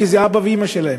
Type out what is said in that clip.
כי זה אבא ואימא שלהם.